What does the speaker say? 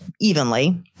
evenly